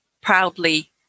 proudly